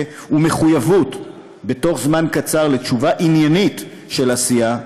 ומחויב בתוך זמן קצר לתשובה עניינית של עשייה,